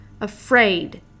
afraid